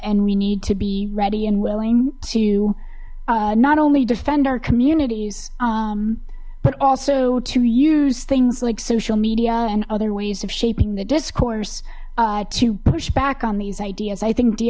and we need to be ready and willing to not only defend our communities but also to use things like social media and other ways of shaping the discourse to push back on these ideas i think